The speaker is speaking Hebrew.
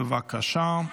בבקשה.